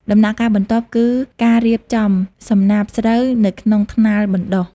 ដំណាក់កាលបន្ទាប់គឺការរៀបចំសំណាបស្រូវនៅក្នុងថ្នាលបណ្តុះ។